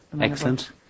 Excellent